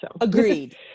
Agreed